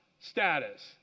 status